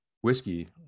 whiskey